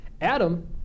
Adam